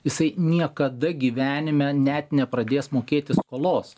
jisai niekada gyvenime net nepradės mokėti skolos